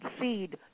seed